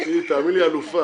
היא אלופה